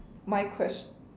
my quest~